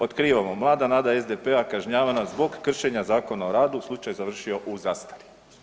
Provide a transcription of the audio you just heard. Otkrivamo mlada nada SDP-a kažnjavana zbog kršenja Zakon o radu slučaj završio u zastari.